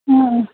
हं